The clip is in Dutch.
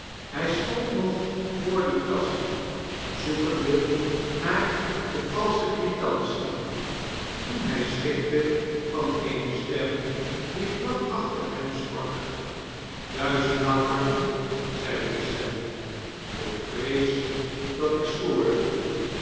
hy stond nog voor die kast zoekende naar de valsche quitantie toen hij schrikte van eene stem die vlak achter hem sprak duizendmaal pardon zeide de stem ik vrees dat ik u stoor